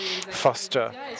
foster